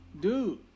dude